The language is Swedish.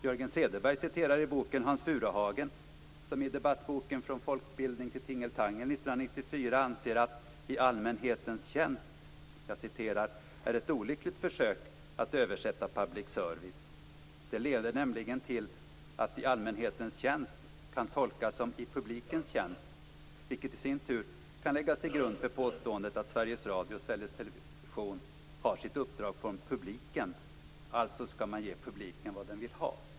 Jörgen Cederberg citerar i boken Hans Furuhagen, som i debattboken Från folkbildning till tingeltangel 1994 anser att "i allmänhetens tjänst" är ett olyckligt försök till översättning av public service. "I allmänhetens tjänst" kan nämligen tolkas som "i publikens tjänst", vilket i sin tur kan läggas till grund för påståendet att Sveriges Radio och Sveriges Television har sitt uppdrag från "publiken" - alltså skall man ge publiken vad den vill ha.